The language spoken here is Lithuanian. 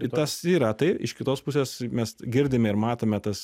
tas yra tai iš kitos pusės mes girdime ir matome tas